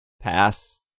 pass